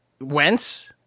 Wentz